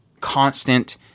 constant